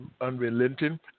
unrelenting